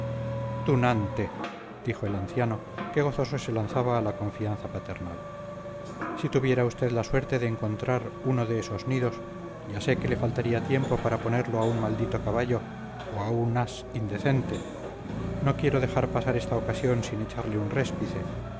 tunante dijo el anciano que gozoso se lanzaba a la confianza paternal si tuviera usted la suerte de encontrar uno de esos nidos ya sé que le faltaría tiempo para ponerlo a un maldito caballo o a un as indecente no quiero dejar pasar esta ocasión sin echarle un réspice